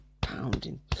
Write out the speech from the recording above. pounding